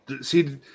see